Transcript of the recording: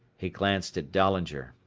he glanced at dahlinger.